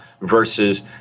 versus